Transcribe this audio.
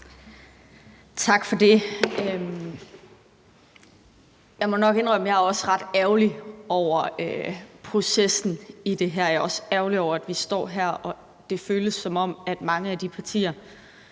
Tak for det. Jeg må nok indrømme, at jeg også er ret ærgerlig over processen her. Jeg er også ærgerlig over, at vi står her, og at det føles, som om mange af de partier,